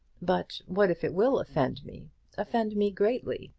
but what if it will offend me offend me greatly?